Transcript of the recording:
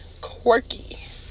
quirky